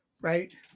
right